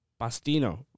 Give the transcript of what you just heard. Pastino